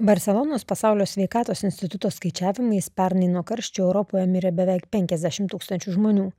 barselonos pasaulio sveikatos instituto skaičiavimais pernai nuo karščio europoje mirė beveik penkiasdešimt tūkstančių žmonių